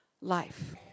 Life